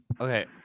Okay